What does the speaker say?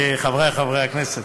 חברי חברי הכנסת,